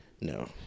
no